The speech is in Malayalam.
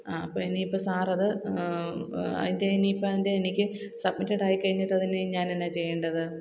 അ അപ്പോള് ഇനിയിപ്പോള് സാറതു അതിന്റെ ഇനിയിപ്പോഴതിന്റെ എനിക്ക് സബ്മിറ്റെട് ആയി കഴിഞ്ഞിട്ട് അതിലിനി ഞാനെന്നാ ചെയ്യേണ്ടത്